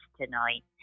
tonight